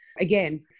Again